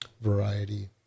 variety